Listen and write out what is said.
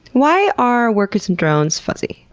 why are workers and drones fuzzy?